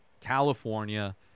California